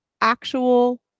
actual